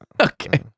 Okay